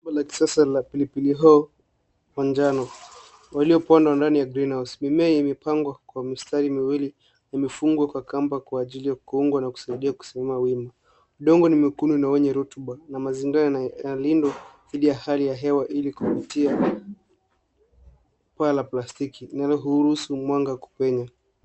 Shamba la kisasa la pilipili hoho manjano waliopandwa ndani ya greenhouse . Mimea imepangwa kwa mistari miwili na imefungwa kwa kamba kwa ajili ya kuungwa na kusaidia kusimama wima. Udongo ni mwekundu na wenye rotuba, na mazingira yana yanalindwa dhidi ya hali ya hewa ili kupiti paa ya plastiki inalohurusu mwanga kupenya.